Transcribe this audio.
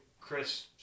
Chris